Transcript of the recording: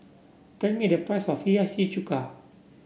tell me the price of Hiyashi Chuka